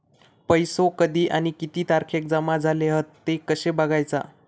पैसो कधी आणि किती तारखेक जमा झाले हत ते कशे बगायचा?